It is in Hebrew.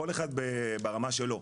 כל אחד ברמה שלו,